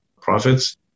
profits